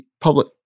public